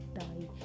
die